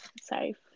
safe